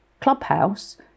Clubhouse